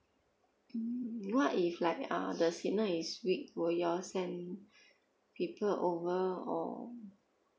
mm what if like uh the signal is weak will you all send people over or